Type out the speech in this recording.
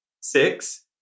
Six